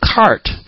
cart